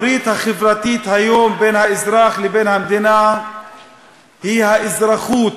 הברית החברתית היום בין האזרח לבין המדינה היא האזרחות